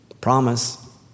Promise